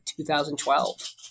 2012